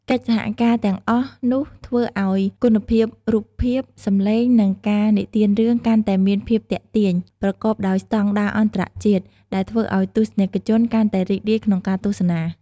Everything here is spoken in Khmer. កិច្ចសហការទាំងអស់នោះធ្វើឲ្យគុណភាពរូបភាព សំឡេង និងការនិទានរឿង កាន់តែមានភាពទាក់ទាញ ប្រកបដោយស្តង់ដារអន្តរជាតិ ដែលធ្វើឱ្យទស្សនិកជនកាន់តែរីករាយក្នុងការទស្សនា។